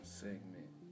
segment